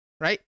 right